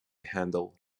handel